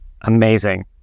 Amazing